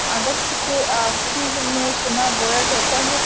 अगस्त के आखिर में चना बोया जाता है